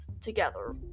together